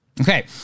Okay